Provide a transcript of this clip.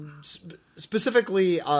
Specifically